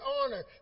honor